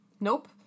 Nope